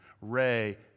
Ray